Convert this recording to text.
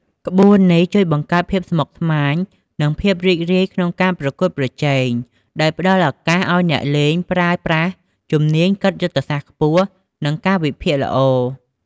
ក្បួននេះជួយបង្កើតភាពស្មុគស្មាញ និងភាពរីករាយក្នុងការប្រកួតប្រជែង ដោយផ្តល់ឱកាសឲ្យអ្នកលេងប្រើប្រាស់ជំនាញគិតយុទ្ធសាស្ត្រខ្ពស់ និងការវិភាគល្អ។